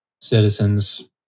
citizens